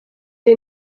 est